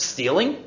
Stealing